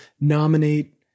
nominate